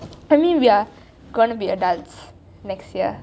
premi are gonna be adults next yar